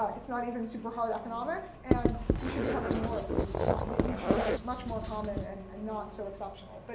ah it's not even super hard economics. and we should be having more of these. these should be much more common and not so exception. um but